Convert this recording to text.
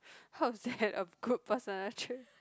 how is that a good personal trait